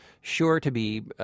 sure-to-be